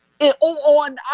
on